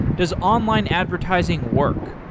does online advertising work?